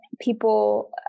people